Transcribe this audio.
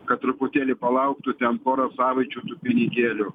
kad truputėlį palauktų ten porą savaičių tų pinigėlių